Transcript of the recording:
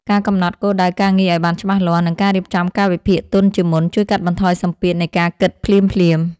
ការកំណត់គោលដៅការងារឱ្យបានច្បាស់លាស់ និងការរៀបចំកាលវិភាគទុកជាមុន ជួយកាត់បន្ថយសម្ពាធនៃការគិតភ្លាមៗ។